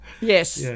Yes